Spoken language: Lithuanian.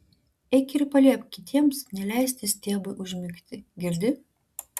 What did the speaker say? eik ir paliepk kitiems neleisti stiebui užmigti girdi